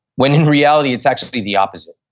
when in reality it's actually the opposite.